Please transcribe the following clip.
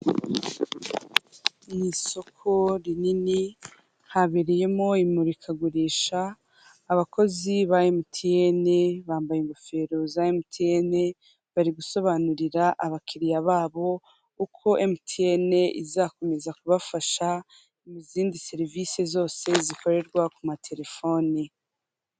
Mu isoko rinini habereyemo imurikagurisha abakozi ba emutiyene bambaye ingofero za emutiyene bari gusobanurira abakiriya babo, uko emutiyene izakomeza kubafasha mu zindi serivisi zose zikorerwa ku matelefoni.